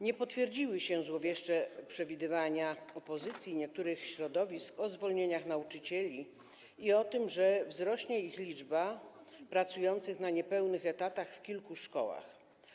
Nie potwierdziły się złowieszcze przewidywania opozycji i niektórych środowisk co do zwolnień nauczycieli i co do tego, że wzrośnie liczba nauczycieli pracujących na niepełnych etatach w kilku szkołach.